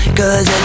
cause